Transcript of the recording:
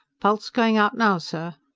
pulse going out now, sir.